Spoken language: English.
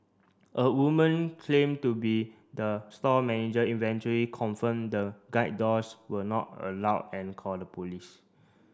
a woman claim to be the store manager eventually confirmed the guide dogs were not allowed and called police